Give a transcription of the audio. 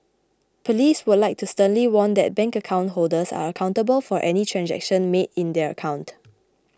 police would like to sternly warn that bank account holders are accountable for any transaction made in their account